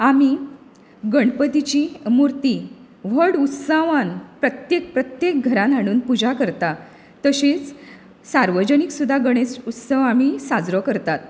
आमी गणपतीची मुर्ती व्हड उत्सवान प्रत्येक प्रत्येक घरांत हाडुन पुजा करता तशीच सार्वजनीक सुद्दां गणेश उत्सव आमी साजरो करतात